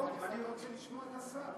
לא, אני רוצה לשמוע את השר.